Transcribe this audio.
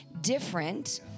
different